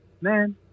Man